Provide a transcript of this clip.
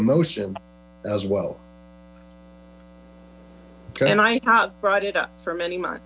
a motion as well and i brought it up for many m